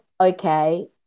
okay